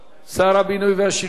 שר הבינוי והשיכון